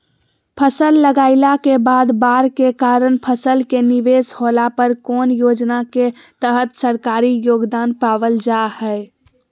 फसल लगाईला के बाद बाढ़ के कारण फसल के निवेस होला पर कौन योजना के तहत सरकारी योगदान पाबल जा हय?